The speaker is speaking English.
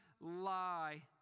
lie